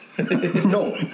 No